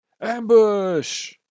ambush